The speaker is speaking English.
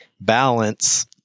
balance